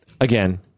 again